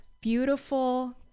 beautiful